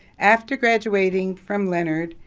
after graduating from leonard,